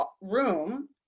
room